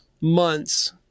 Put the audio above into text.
months